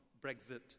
Brexit